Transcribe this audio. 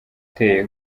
uteye